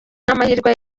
nk’amahirwe